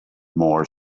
more